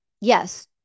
Yes